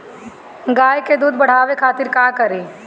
गाय के दूध बढ़ावे खातिर का करी?